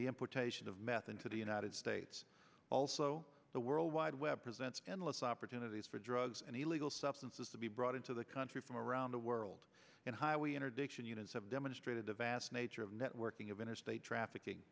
the importation of meth into the united states also the world wide web presents endless opportunities for drugs and illegal substances to be brought into the country from around the world and while we interdiction units have demonstrated the vast nature of networking of interstate trafficking